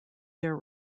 their